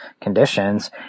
conditions